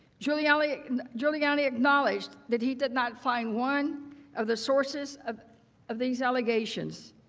giuliani giuliani acknowledged that he did not find one of the sources of of these allegations.